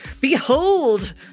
behold